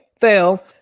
fail